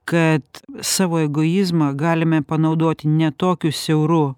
kad savo egoizmą galime panaudoti ne tokiu siauru